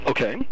Okay